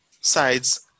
sides